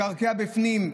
לקרקע בפנים.